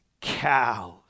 cows